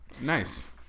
Nice